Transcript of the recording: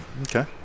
okay